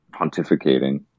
pontificating